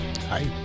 Hi